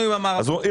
הם